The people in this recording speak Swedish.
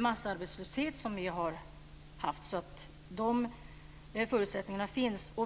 massarbetslöshet vi har haft.